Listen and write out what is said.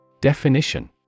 Definition